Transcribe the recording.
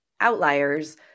outliers